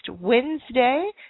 Wednesday